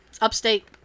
Upstate